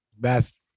Best